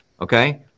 Okay